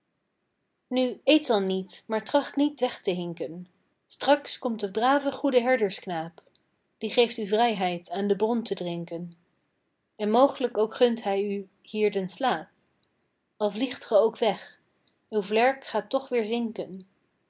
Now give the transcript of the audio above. nu eet dan niet maar tracht niet weg te hinken straks komt de brave goede herdersknaap die geeft u vrijheid aan de bron te drinken en mooglijk ook gunt hij u hier den slaap al vliegt ge ook weg uw vlerk gaat toch weer zinken